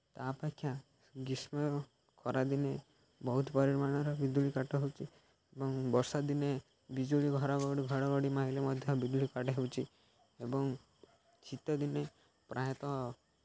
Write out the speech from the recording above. ତାହା ଅପେକ୍ଷା ଗ୍ରୀଷ୍ମ ଖରାଦିନେ ବହୁତ ପରିମାଣର ବିଜୁଳି କାଟ ହେଉଛି ଏବଂ ବର୍ଷା ଦିନେ ବିଜୁଳି ଘଡ଼ଘଡ଼ି ମାରିଲେ ମଧ୍ୟ ବିଜୁଳି କାଟ ହେଉଛି ଏବଂ ଶୀତଦିନେ ପ୍ରାୟତଃ